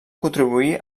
contribuir